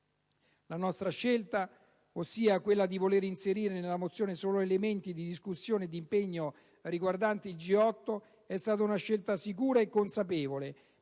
La nostra scelta, ossia quella di voler inserire nella mozione solo elementi di discussione e di impegno riguardanti il G8, è stata una scelta sicura e consapevole,